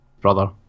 brother